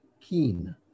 Keen